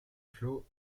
flot